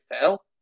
fail